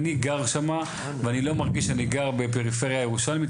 אני גר שמה ואני לא מרגיש שאני גר בפריפריה הירושלמית,